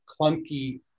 clunky